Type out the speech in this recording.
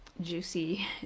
juicy